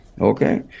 okay